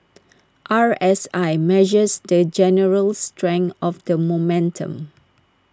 R S I measures the general strength of the momentum